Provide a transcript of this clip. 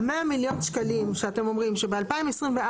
ה-100 מיליון שקלים שאתם אומרים שב-2024,